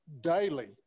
daily